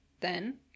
Then